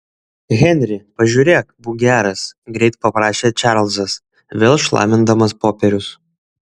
henri pažiūrėk būk geras greit paprašė čarlzas vėl šlamindamas popierius